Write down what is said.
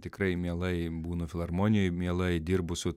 tikrai mielai būnu filharmonijoj mielai dirbu su